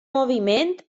moviment